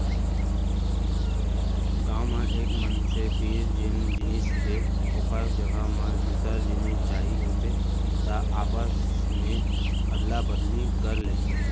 गाँव म एक मनसे तीर जेन जिनिस हे ओखर जघा म दूसर जिनिस चाही होथे त आपस मे अदला बदली कर लेथे